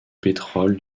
pétrole